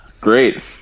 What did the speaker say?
Great